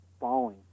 falling